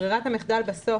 ברירת המחדל בסוף,